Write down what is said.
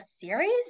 series